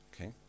Okay